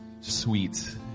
sweets